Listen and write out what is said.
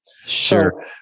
sure